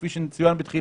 כפי שצוין בתחילה,